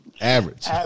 Average